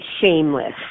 Shameless